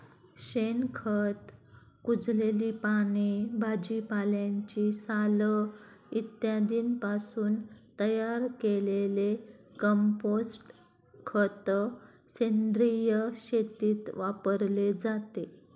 शेणखत, कुजलेली पाने, भाजीपाल्याची साल इत्यादींपासून तयार केलेले कंपोस्ट खत सेंद्रिय शेतीत वापरले जाते